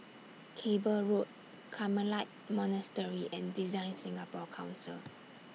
Cable Road Carmelite Monastery and Design Singapore Council